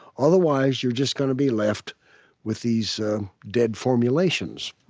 otherwise, you're just going to be left with these dead formulations,